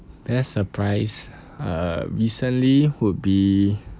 best surprise uh recently would be